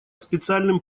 специальным